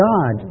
God